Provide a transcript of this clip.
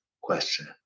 question